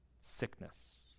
sickness